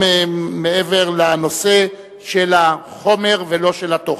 מעבר לנושא של החומר ולא של התוכן.